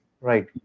right